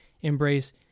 embrace